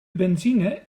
benzine